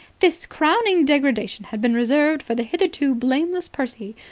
this crowning degradation had been reserved for the hitherto blameless percy,